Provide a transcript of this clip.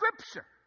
scripture